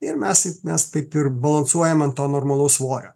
ir mes taip mes taip ir balansuojam ant to normalaus svorio